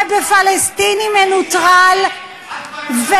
ויורה בפלסטיני מנוטרל, את כבר יודעת מה היה שם?